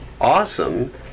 awesome